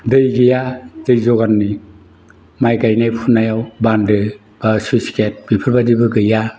दै गैया दै जगारनि माइ गायनाय फुनायाव बान्दो बा स्लुइस गेट बेफोरबायदिबो गैया